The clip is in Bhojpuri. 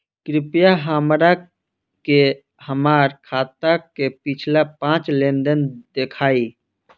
कृपया हमरा के हमार खाता के पिछला पांच लेनदेन देखाईं